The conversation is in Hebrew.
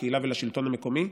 לקהילה ולשלטון המקומי,